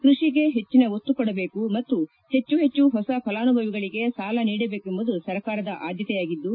ಕೃಷಿಗೆ ಹೆಚ್ಚಿನ ಒತ್ತು ಕೊಡಬೇಕು ಮತ್ತು ಹೆಚ್ಚು ಹೊಸ ಫಲಾನುಭವಿಗಳಿಗೆ ಸಾಲ ನೀಡಬೇಕೆಂಬುದು ಸರ್ಕಾರದ ಆದ್ಯತೆಯಾಗಿದ್ದು